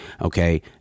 Okay